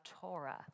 Torah